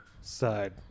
side